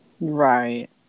right